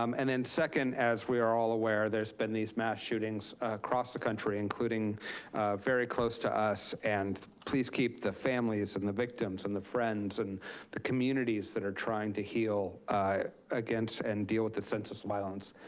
um and then second, as we are all aware, there's been these mass shootings across the country including very close to us and please keep the families and the victims and the friends and the communities that are trying to heal against and deal with the senseless violence,